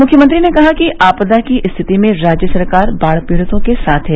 मुख्यमंत्री ने कहा कि आपदा की स्थिति में राज्य सरकार बाढ़ पीड़ितों के साथ है